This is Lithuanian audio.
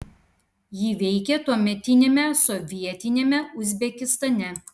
ji veikė tuometiniame sovietiniame uzbekistane